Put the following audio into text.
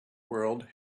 world